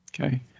Okay